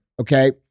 okay